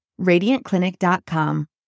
radiantclinic.com